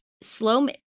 slow